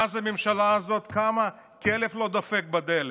מאז שהממשלה הזאת קמה, כלב לא דופק בדלת.